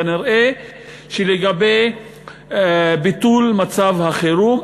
כנראה לגבי ביטול מצב החירום,